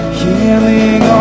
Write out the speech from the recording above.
healing